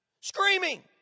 screaming